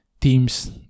teams